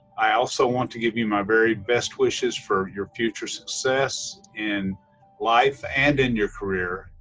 i also want to give you my very best wishes for your future success in life and in your career.